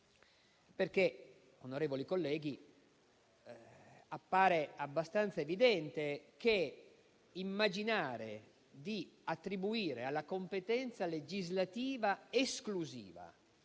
Onorevoli colleghi, appare infatti abbastanza evidente che immaginare di attribuire alla competenza legislativa esclusiva